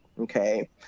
okay